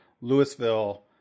Louisville